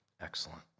Excellent